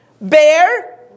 bear